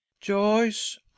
joyce